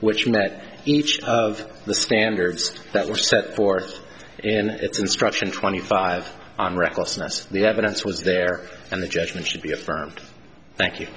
which met each of the standards that were set forth in its instruction twenty five on recklessness the evidence was there and the judgment should be affirmed thank you